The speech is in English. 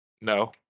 No